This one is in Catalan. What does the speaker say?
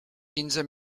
quinze